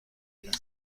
کرده